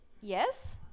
Yes